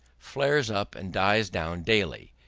flares up and dies down daily,